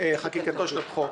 חקיקתו של החוק,